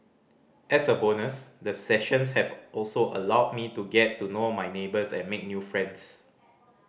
as a bonus the sessions have also allowed me to get to know my neighbours and make new friends